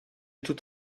tout